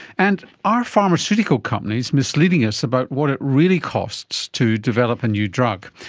and are pharmaceutical companies misleading us about what it really costs to develop a new drug?